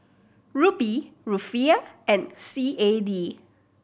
Rupee Rufiyaa and C A D